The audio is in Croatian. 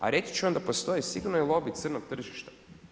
A reći ću vam da postoji sigurno i lobij crnog tržišta.